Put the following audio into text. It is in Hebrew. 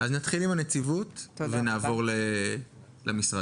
נתחיל עם הנציבות ונעבור למשרד.